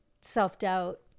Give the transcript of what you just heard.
self-doubt